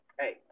hey